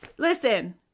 Listen